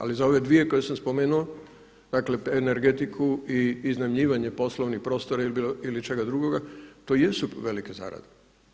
Ali za ove dvije koje sam spomenuo, dakle energetiku i iznajmljivanje poslovnih prostora ili čega drugoga, to jesu velike zarade.